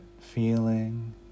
feeling